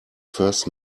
first